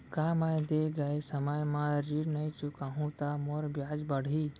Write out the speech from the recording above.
का मैं दे गए समय म ऋण नई चुकाहूँ त मोर ब्याज बाड़ही?